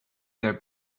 their